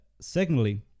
secondly